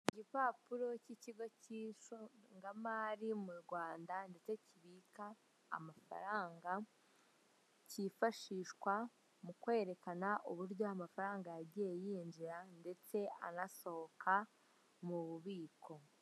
Igipapuro cy'ikigo cy'ishongamari mu Rwanda ndetse kibika amafaranga, kifashishwa mu kwerekana uburyo amafaranga yagiye yinjira ndetse anasohoka mu bubiko.